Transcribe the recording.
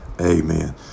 Amen